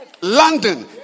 London